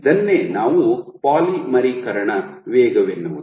ಇದನ್ನೇ ನಾವು ಪಾಲಿಮರೀಕರಣ ವೇಗವೆನ್ನುವುದು